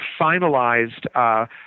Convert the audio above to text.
finalized